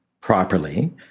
properly